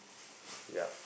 yup